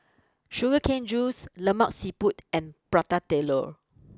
Sugar Cane juice Lemak Siput and Prata Telur